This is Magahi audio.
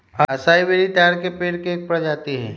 असाई बेरी ताड़ के पेड़ के एक प्रजाति हई